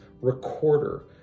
recorder